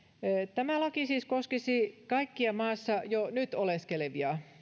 tämä laki siis koskisi kaikkia maassa jo nyt oleskelevia